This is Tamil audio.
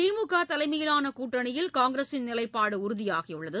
திமுக தலைமையிலான கூட்டணியில் காங்கிரஸின் நிலைப்பாடு உறுதியாகியுள்ளது